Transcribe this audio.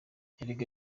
erega